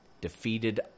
defeated